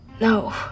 No